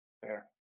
Fair